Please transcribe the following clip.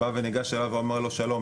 בא וניגש אליו ואומר לו "שלום,